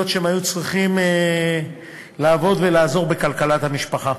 שהם היו צריכים לעבוד ולעזור בכלכלת המשפחה.